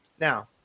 Now